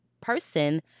person